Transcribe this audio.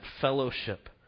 fellowship